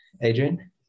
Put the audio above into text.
Adrian